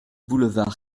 boulevard